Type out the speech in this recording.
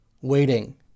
waiting